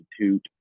Institute